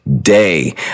day